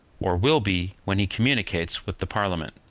or will be when he communicates with the parliament.